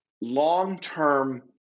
long-term